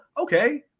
okay